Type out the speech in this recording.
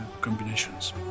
combinations